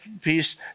peace